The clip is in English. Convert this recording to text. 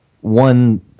One